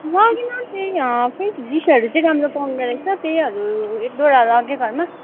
लगिनँ त्यही फ्रेस डिसहरू चाहिँ राम्रो पाउँदो रहेछ त्यहीहरू एक दुईवटा लगेँ घरमा